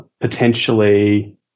potentially